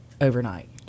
overnight